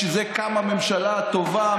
בשביל זה קמה ממשלה טובה,